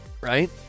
right